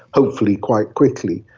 hopefully quite quickly.